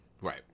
right